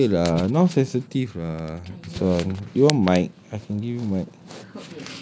can still hear lah now sensitive ah kan you want mic have new mic